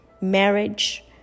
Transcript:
marriage